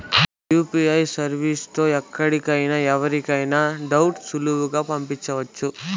UPI service తో ఎక్కడికైనా ఎవరికైనా దుడ్లు సులువుగా పంపొచ్చు